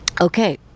Okay